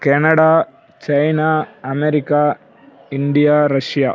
Canada China America India Russia